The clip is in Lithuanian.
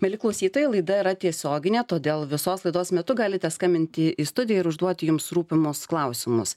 mieli klausytojai laida yra tiesioginė todėl visos laidos metu galite skambinti į studiją ir užduoti jums rūpimus klausimus